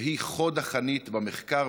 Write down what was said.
שהיא חוד החנית במחקר,